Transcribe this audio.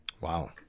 Wow